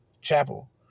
Chapel